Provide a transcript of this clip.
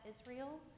Israel